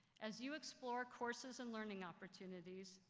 as you explore courses and learning opportunities,